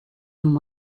and